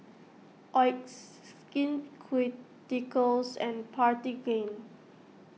Oxy Skin Ceuticals and Cartigain